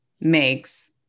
makes